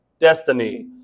destiny